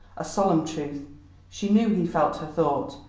a solemn truth she knew he felt her thought,